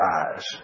eyes